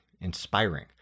inspiring